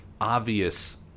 obvious